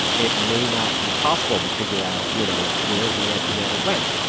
it may not be possible to figure out, you know, where the antimatter went.